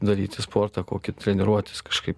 daryti sportą kokį treniruotis kažkaip